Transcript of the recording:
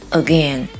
again